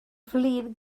flin